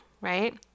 right